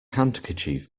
handkerchief